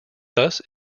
thus